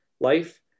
life